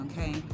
okay